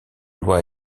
loi